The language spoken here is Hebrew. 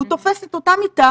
והוא תופס את אותה מיטה,